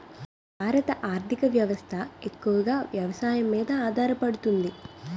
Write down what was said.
భారత ఆర్థిక వ్యవస్థ ఎక్కువగా వ్యవసాయం మీద ఆధారపడుతుంది